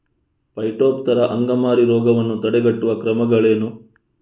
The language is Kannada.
ಪೈಟೋಪ್ತರಾ ಅಂಗಮಾರಿ ರೋಗವನ್ನು ತಡೆಗಟ್ಟುವ ಕ್ರಮಗಳೇನು?